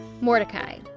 Mordecai